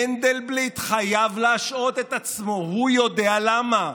מנדלבליט חייב להשעות את עצמו, הוא יודע למה,